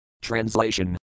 translation